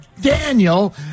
Daniel